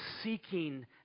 seeking